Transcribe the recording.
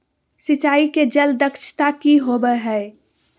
सिंचाई के जल दक्षता कि होवय हैय?